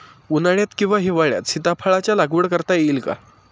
उन्हाळ्यात किंवा हिवाळ्यात सीताफळाच्या लागवड करता येईल का?